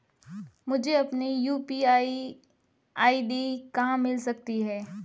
मुझे अपनी UPI ID कहां मिल सकती है?